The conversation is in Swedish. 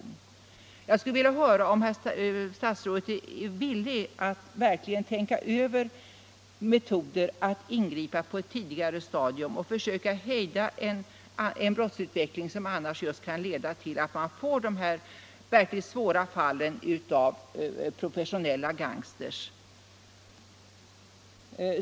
Jag 10 februari 1976 skulle vilja höra om statsrådet är villig att verkligen tänka igenom metoder för att ingripa på ett tidigare stadium och för att försöka hejda Om åtgärder för att en brottsutveckling som annars kan leda till att vi får dessa verkligt — minska antalet svåra fall av professionella gangsters.